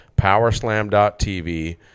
powerslam.tv